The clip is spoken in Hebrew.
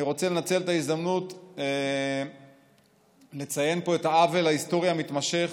אני רוצה לנצל את ההזדמנות לציין פה את העוול ההיסטורי המתמשך